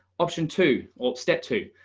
option two or step two?